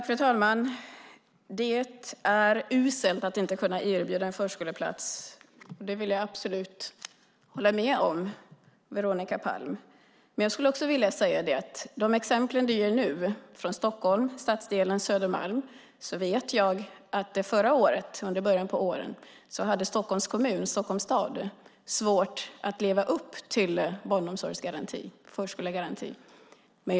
Fru talman! Att det är uselt att inte kunna erbjuda en förskoleplats håller jag absolut med om, Veronica Palm. Men när det gäller exemplen här från stadsdelen Södermalm i Stockholm vet jag att Stockholms stad i början av förra året hade svårt att leva upp till barnomsorgsgarantin, förskolegarantin.